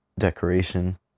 decoration